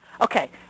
Okay